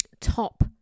top